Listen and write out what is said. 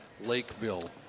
Lakeville